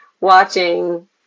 watching